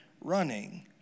running